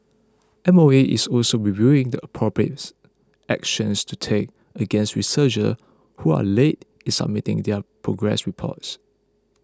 M O E is also reviewing the appropriates actions to take against researcher who are late in submitting their progress reports